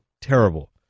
terrible